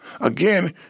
Again